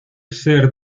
ser